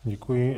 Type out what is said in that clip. Děkuji.